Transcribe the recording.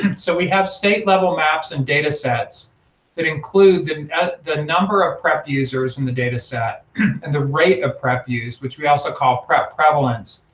and so we have state level maps and data sets that include and and the number of prep users in the data set and the rate of prep use, which we also call prep prevalence.